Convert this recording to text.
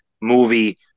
movie